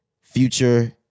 Future